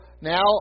now